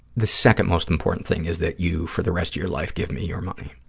the second most important thing is that you, for the rest of your life, give me your money.